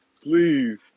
Please